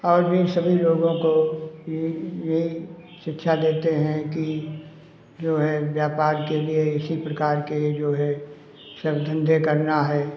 और भी सभी लोगों को भी यही शिक्षा देते हैं कि जो है व्यापार के लिए इसी प्रकार के जो है सब धंधे करना है